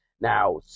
Now